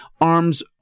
arms